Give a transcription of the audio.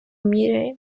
міряє